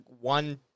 one